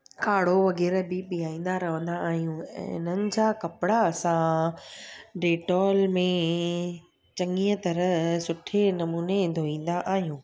काढ़ो वग़ैरह बि पीआईंदा रहंदा आहियूं ऐं इन्हनि जा कपिड़ा असां डेटॉल में चङीअ तरह सुठे नमूने धोईंदा आहियूं